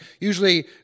Usually